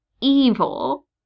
evil